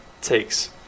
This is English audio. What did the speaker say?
takes